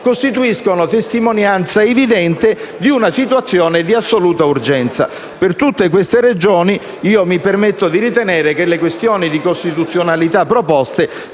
costituiscono testimonianza evidente di una situazione di assoluta urgenza. Per tutte queste ragioni mi permetto di ritenere che le questioni di costituzionalità proposte